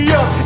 up